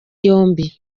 yombi